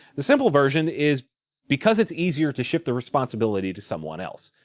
the simple version is because it's easier to shift the responsibility to someone else.